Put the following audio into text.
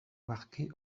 marqués